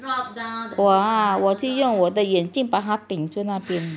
!wah! 我就用我的眼镜把它顶在那边我这眼镜很好我讲